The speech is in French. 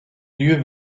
lieux